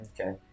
Okay